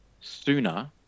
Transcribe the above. sooner